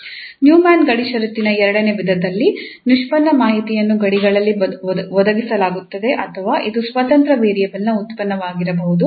Neumann ಗಡಿ ಷರತ್ತಿನ ಎರಡನೇ ವಿಧದಲ್ಲಿ ನಿಷ್ಪನ್ನ ಮಾಹಿತಿಯನ್ನು ಗಡಿಗಳಲ್ಲಿ ಒದಗಿಸಲಾಗುತ್ತದೆ ಅಥವಾ ಇದು ಸ್ವತಂತ್ರ ವೇರಿಯೇಬಲ್ನ ಉತ್ಪನ್ನವಾಗಿರಬಹುದು